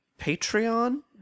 Patreon